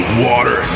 water